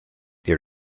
they